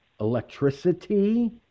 electricity